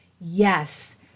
Yes